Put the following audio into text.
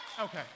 Okay